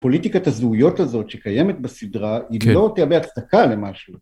פוליטיקת הזהויות הזאת שקיימת בסדרה, כן, היא לא תהווה הצדקה למשהו.